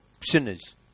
sinners